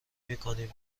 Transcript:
میکنیم